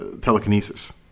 telekinesis